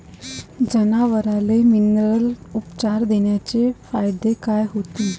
जनावराले मिनरल उपचार देण्याचे फायदे काय होतीन?